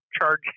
charge